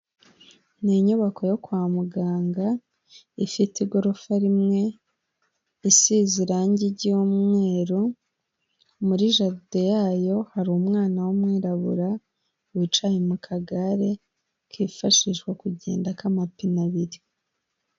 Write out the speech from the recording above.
Ni inyubako yo kwa muganga ifite igorofa rimwe, isize irangi ry'umweru. Muri jaride yayo hari umwana w'umwirabura wicaye mu kagare kifashishwa kugenda k'amapine abiri.